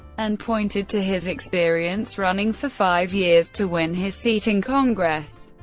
and pointed to his experience running for five years to win his seat in congress,